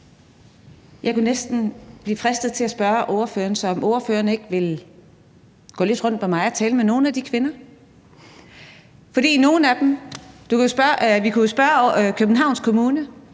Jeg kan næsten blive fristet til at spørge ordføreren, om ordføreren ikke vil gå lidt rundt med mig og tale med nogle af de kvinder. Vi kunne jo spørge Københavns Kommune.